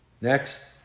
Next